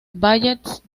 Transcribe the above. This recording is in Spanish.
ballets